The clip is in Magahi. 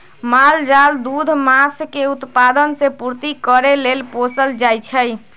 माल जाल दूध, मास के उत्पादन से पूर्ति करे लेल पोसल जाइ छइ